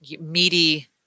meaty